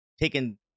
taken